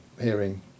Hearing